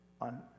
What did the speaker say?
on